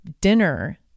dinner